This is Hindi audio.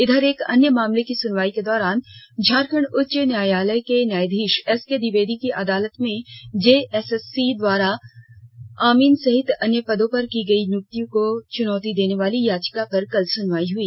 इधर एक अन्य मामले की सुनवाई के दौरान झारखंड उच्च न्यायालय के न्यायाधीश एसके द्विवेदी की अदालत में जेएसएससी द्वारा अमीन सहित अन्य पदों पर की गई नियुक्ति को चुनौती देने वाली याचिका पर कल सुनवाई हुई